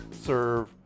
serve